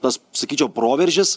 tas sakyčiau proveržis